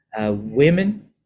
women